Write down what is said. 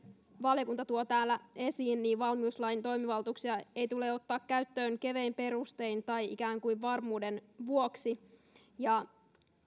valiokunta tuo täällä esiin niin valmiuslain toimivaltuuksia ei tule ottaa käyttöön kevein perustein tai ikään kuin varmuuden vuoksi